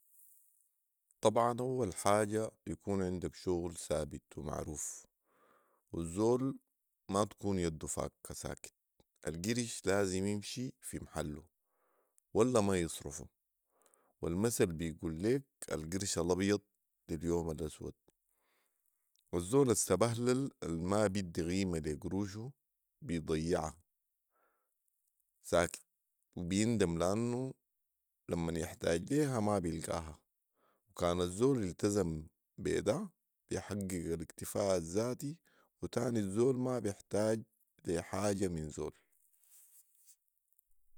، طبعا اول حاجه يكون عندك شغل سابت ومعروف والزول ما تكون يده فاكه ساكت ،القرش لازم يمشي في محله ولا ما يصرفه والمثل بيقول ليك القرش الابيض لليوم الاسود ،الزول السبهلل الما بيدي قيمه لي قروشو بيضيعا ساكت و بيندم لانه لمن يحتاج ليها ما بيلقاها وكان الزول التزم بي ده بيحقق الاكتفاء الذاتي وتاني الزول ما بيحتاج لي حاجه من زول